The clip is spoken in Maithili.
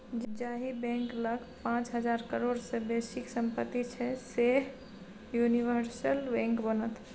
जाहि बैंक लग पाच हजार करोड़ सँ बेसीक सम्पति छै सैह यूनिवर्सल बैंक बनत